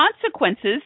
consequences